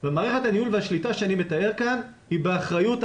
ומערכת הניהול והשליטה שאני מתאר כאן היא באחריות המעסיקים.